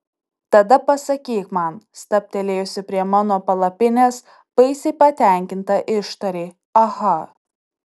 tada pasakyk man stabtelėjusi prie mano palapinės baisiai patenkinta ištarei aha